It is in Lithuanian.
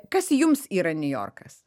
kas jums yra niujorkas